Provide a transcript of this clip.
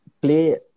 play